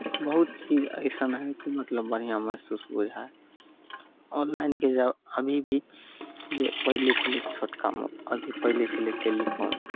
बहुत चीज ऐसन हइ कि मतलब बढ़िआँ महसूस बुझाइ हइ ऑनलाइनके जब अभी भी जे पहिले छलय छोटका मोबाइल अथि पहिले छलय टेलिफोन